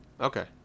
Okay